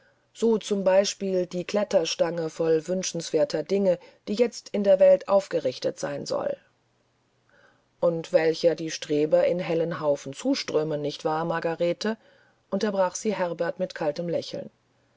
so zum beispiel die kletterstange voll wünschenswerter dinge die jetzt in der welt aufgerichtet sein soll und welcher die streber in hellen haufen zuströmen nicht wahr margarete unterbrach sie herbert mit kaltem lächeln